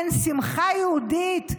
אין שמחה יהודית,